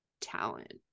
talent